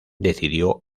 decidió